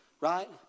Right